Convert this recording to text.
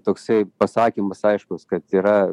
toksai pasakymas aiškus kad yra